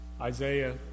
Isaiah